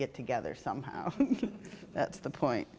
get together somehow that's the point